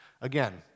Again